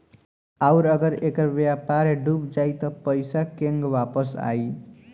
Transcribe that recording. आउरु अगर ऐकर व्यापार डूब जाई त पइसा केंग वापस आई